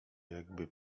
jakby